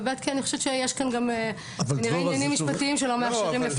ובית כי אני חושבת שיש כאן גם כנראה עניינים משפטיים שלא מאפשרים לפרט.